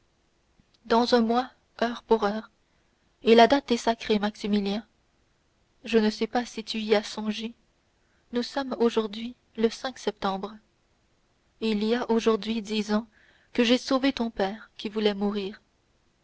dans un mois heure pour heure et la date est sacrée maximilien je ne sais pas si tu y as songé nous sommes aujourd'hui le septembre il y a aujourd'hui dix ans que j'ai sauvé ton père qui voulait mourir